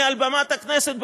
מעל במת הכנסת,